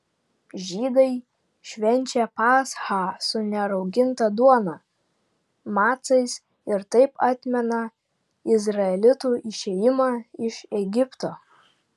žydai švenčia paschą su nerauginta duona macais ir taip atmena izraelitų išėjimą iš egipto